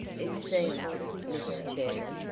it seems, mr. chairman,